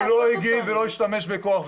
והוא לא הגיב ולא השתמש בכוח.